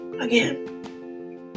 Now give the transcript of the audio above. again